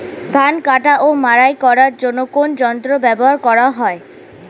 ধান কাটা ও মাড়াই করার জন্য কোন যন্ত্র ব্যবহার করা হয়?